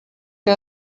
que